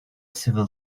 civil